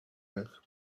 heure